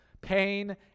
Pain